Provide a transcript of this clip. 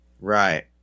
Right